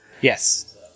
Yes